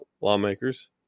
lawmakers